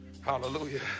hallelujah